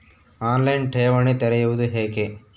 On line ಠೇವಣಿ ತೆರೆಯುವುದು ಹೇಗೆ?